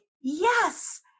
yes